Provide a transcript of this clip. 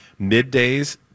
middays